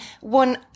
one